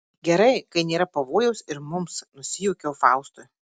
gerai kai nėra pavojaus ir mums nusijuokiau faustui